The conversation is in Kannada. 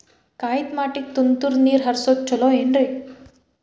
ಕಾಯಿತಮಾಟಿಗ ತುಂತುರ್ ನೇರ್ ಹರಿಸೋದು ಛಲೋ ಏನ್ರಿ?